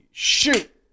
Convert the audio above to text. Shoot